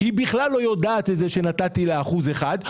והיא בכלל לא יודעת שנתתי לה אחוז אחד,